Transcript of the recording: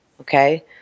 Okay